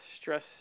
stress